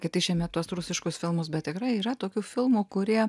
kad išėmėt tuos rusiškus filmus bet tikrai yra tokių filmų kurie